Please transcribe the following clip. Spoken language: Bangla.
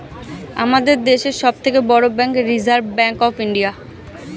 আমাদের দেশের সব থেকে বড় bank reserve bank of India